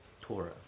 Torah